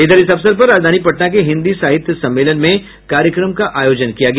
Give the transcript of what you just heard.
इधर इस अवसर पर राजधानी पटना के हिन्दी साहित्य सम्मेलन में कार्यक्रम का आयोजन किया गया